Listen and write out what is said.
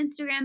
Instagram